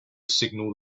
signal